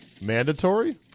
Mandatory